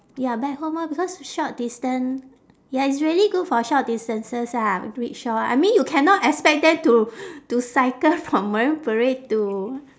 ya back home ah because short distance ya it's really good for short distances ah rickshaw I mean you cannot expect them to to cycle from marine parade to